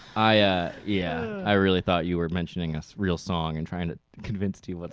i ah yeah i really thought you were mentioning a real song and trying to convince to you but